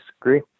Agree